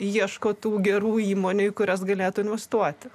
ieško tų gerų įmonių kurias galėtų investuoti